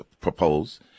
propose